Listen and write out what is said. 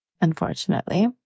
unfortunately